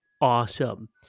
awesome